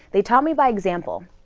they taught me by example,